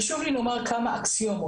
חשוב לי לומר כמה אקסיומות.